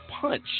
punch